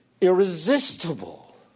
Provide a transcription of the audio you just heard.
irresistible